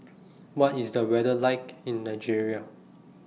What IS The weather like in Nigeria